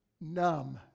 numb